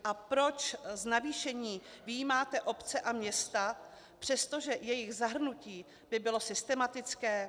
A proč z navýšení vyjímáte obce a města, přestože jejich zahrnutí by bylo systematické?